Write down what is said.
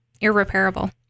irreparable